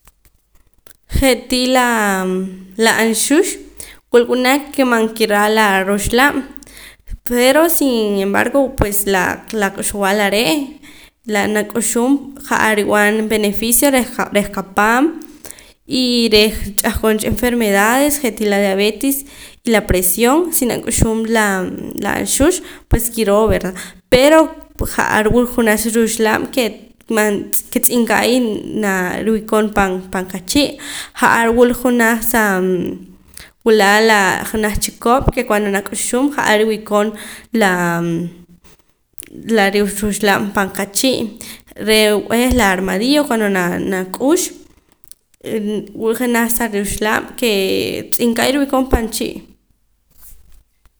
Je'tii laa la anxux wul wunaq kee man raa la ruxlaaab' pero sin embargo pues la la k'uxb'al are' la nak'uxum ja'ar rib'an beneficio reh reh qapaam y reh ch'ahqon cha enfermedades je'tii la diabetis y la presión si nak'uxum laa la anxux pues kiroo verdad pero ja'ar wula janaj cha ruxlaab' ke man ke tz'inka'ya naa riwi'koon pan pan qachii' ja'ar wul junaj saa wula la janaj chikop ke cuando nak'uxum ja'ar riwii'kon la la ruxlaab' pan qachii' re' b'eh la armadillo cuando na naa k'ux wula jenaj sa ruxlaab' kee tx'inka'ya riwii' koon pan chii'